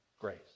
grace